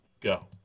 go